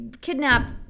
kidnap